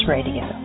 Radio